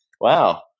Wow